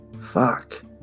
Fuck